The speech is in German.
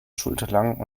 schulterlang